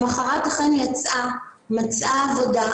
למחרת היא אכן יצאה ומצאה עבודה.